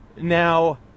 Now